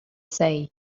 say